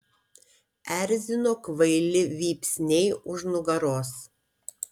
erzino kvaili vypsniai už nugaros